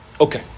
Okay